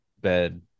bed